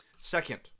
Second